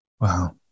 wow